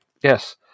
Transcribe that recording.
Yes